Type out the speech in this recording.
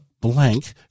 blank